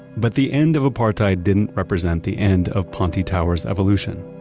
but the end of apartheid didn't represent the end of ponte tower's evolution.